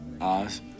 Oz